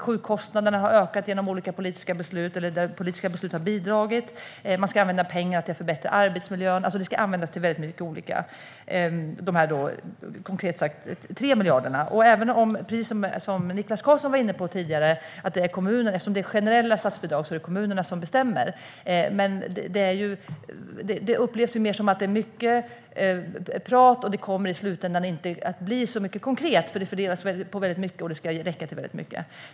Sjukkostnaderna har ökat, vilket olika politiska beslut har bidragit till. Man ska använda pengar till att förbättra arbetsmiljön. Dessa, konkret sagt, 3 miljarder ska alltså användas till väldigt många olika saker. Niklas Karlsson var tidigare inne på att det är kommunerna som bestämmer eftersom detta är generella statsbidrag. Men det upplevs ändå mer som att det är mycket prat och att det i slutändan inte kommer att bli så mycket konkret. Pengarna fördelas till mycket och ska räcka till mycket.